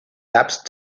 lapsed